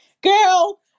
Girl